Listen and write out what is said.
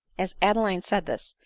as adeline said this,